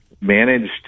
managed